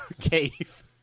cave